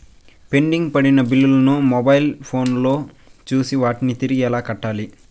pending పడిన బిల్లులు ను మొబైల్ ఫోను లో చూసి వాటిని తిరిగి ఎలా కట్టాలి